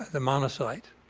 the monocyte.